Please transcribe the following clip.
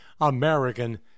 American